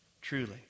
Truly